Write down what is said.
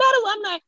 alumni